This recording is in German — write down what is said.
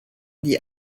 die